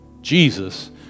Jesus